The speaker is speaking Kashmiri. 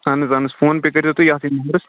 اَہَن حظ اَہَن حظ فون پےٚ کٔرۍزیٚو تُہۍ یَتھٕے نمبرَس